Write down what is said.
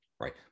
right